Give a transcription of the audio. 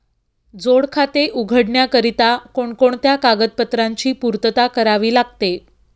जोड खाते उघडण्याकरिता कोणकोणत्या कागदपत्रांची पूर्तता करावी लागते?